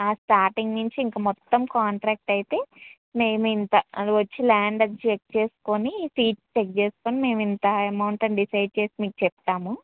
ఆ స్టార్టింగ్ నుంచి ఇంక మొత్తం కాంట్రాక్ట్ అయితే మేము ఇంత అది వచ్చి ల్యాండ్ అది చెక్ చేసుకొని ఫీ చెక్ చేసుకొని మేము ఇంత అమౌంట్ అని డిసైడ్ చేసి మీకు చెప్తాము